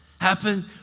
happen